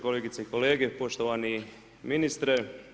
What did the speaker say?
Kolegice i kolege poštovani ministre.